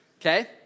okay